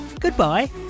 goodbye